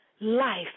life